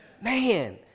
Man